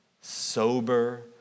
sober